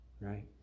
right